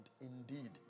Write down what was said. indeed